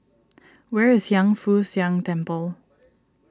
where is Hiang Foo Siang Temple